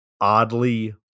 oddly